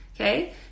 Okay